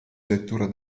lettura